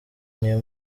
niyo